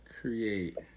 create